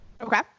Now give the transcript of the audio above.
Okay